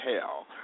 hell